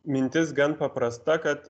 mintis gan paprasta kad